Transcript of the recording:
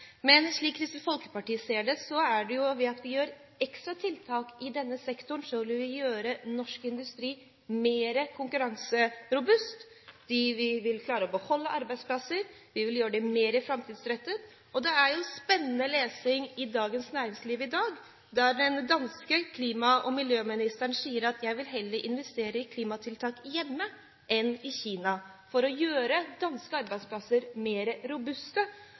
Men slik Kristelig Folkeparti ser det, er det ved ekstra tiltak i denne sektoren vi vil gjøre norsk industri mer konkurranserobust. Vi vil klare å beholde arbeidsplasser, vi vil gjøre dette mer framtidsrettet. Det er spennende lesning i Dagens Næringsliv i dag, der den danske klima- og miljøministeren sier at han heller vil investere i klimatiltak hjemme enn i Kina for å gjøre danske arbeidsplasser mer robuste.